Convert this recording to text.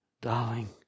Darling